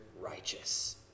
righteous